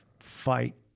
fight